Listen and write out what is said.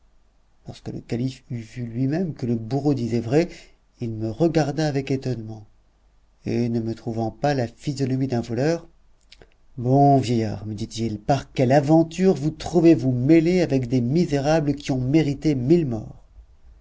lorsque le calife eut vu lui-même que le bourreau disait vrai il me regarda avec étonnement et ne me trouvant pas la physionomie d'un voleur bon vieillard me dit-il par quelle aventure vous trouvez-vous mêlé avec des misérables qui ont mérité mille morts